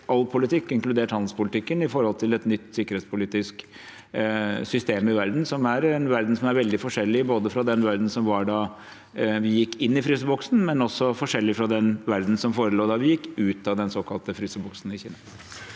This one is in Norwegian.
all politikk, inkludert handelspolitikken, etter et nytt sikkerhetspolitisk system i verden, som er en verden som er veldig forskjellig både fra den verdenen som var da vi gikk inn i fryseboksen, og fra den verdenen som forelå da vi gikk ut av den såkalte fryseboksen i Kina.